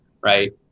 right